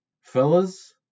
Fellas